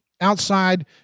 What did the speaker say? Outside